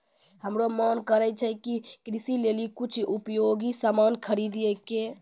हमरो मोन करै छै कि कृषि लेली कुछ उपयोगी सामान खरीदै कै